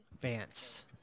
Vance